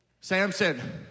samson